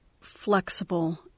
flexible